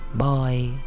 bye